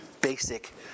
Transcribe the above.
basic